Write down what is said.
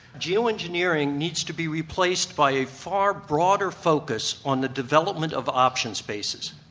geo-engineering needs to be replaced by a far broader focus on the development of option spaces.